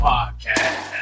Podcast